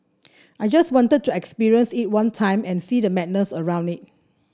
I just wanted to experience it one time and see the madness around it